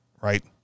right